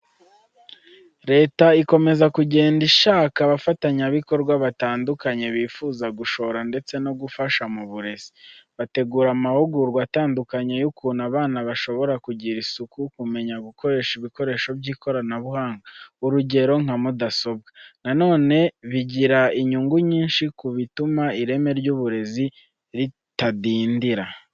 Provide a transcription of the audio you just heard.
Leta ikomeza kugenda ishaka abafatanyabikorwa batandukanye bifuza gushora ndetse no gufasha mu burezi. Bategura amahugurwa atandukanye y'ukuntu abana bashobora kugira isuku, kumenya gukoresha ibikoresho by'ikoranabuhanga urugero nka mudasobwa. Na none bigira inyungu nyinshi kuko bituma ireme ry'uburezi ritadindira.